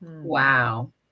Wow